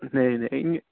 नेईं नईं